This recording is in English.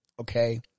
okay